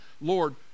Lord